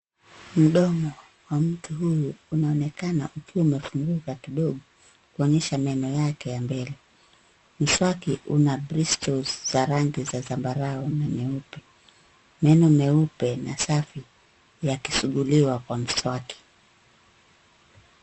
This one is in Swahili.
Mdomo wa mtu huyu unaonekana ukiwa umefunguka kidogo kuonyesha meno yake ya mbele .Uso wake una (cs)bristles (cs) za rangi as zambarau na nyeupe. Meno meupe na safi yakisuguliwa kwa mswaki.